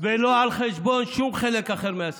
ולא על חשבון שום חלק אחר מהסיפור.